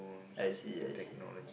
I see I see